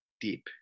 deep